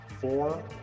four